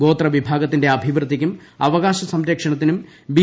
ഗോത്രവിഭാഗത്തിന്റെ അഭിവൃദ്ധിക്കും അവകാശ സംരക്ഷണത്തിനും ബി